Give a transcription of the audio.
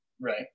Right